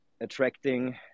attracting